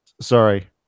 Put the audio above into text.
Sorry